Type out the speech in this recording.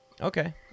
Okay